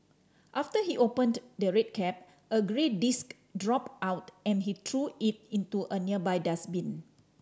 after he opened the red cap a grey disc dropped out and he threw it into a nearby dustbin